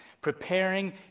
preparing